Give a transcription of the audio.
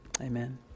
Amen